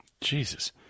Jesus